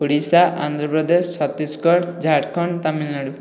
Odisha Andhra Pradesh Chhattisgarh Jharkhand Tamil Nadu